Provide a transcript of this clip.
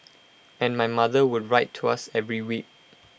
and my mother would write to us every week